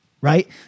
right